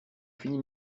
fini